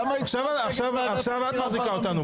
עכשיו את מחזיקה אותנו פה.